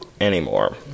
anymore